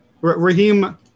Raheem